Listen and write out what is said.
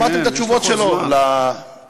שמעתם את התשובות שלו לאתיופים,